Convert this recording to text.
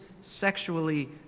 sexually